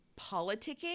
politicking –